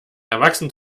erwachsen